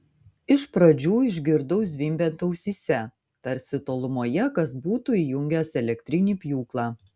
iš pradžių išgirdau zvimbiant ausyse tarsi tolumoje kas būtų įjungęs elektrinį pjūklą